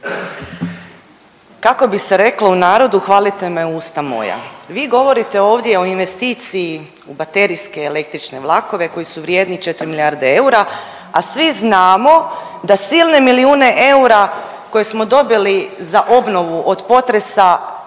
Kako bi se reklo u narodu „hvalite me usta moja“. Vi govorite ovdje o investiciji u baterijske električne vlakove koji su vrijedni 4 milijarde eura, a svi znamo da silne milijune eura koje smo dobili za obnovu od potresa